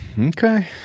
okay